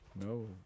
No